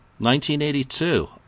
1982